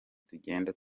tugenda